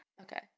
Okay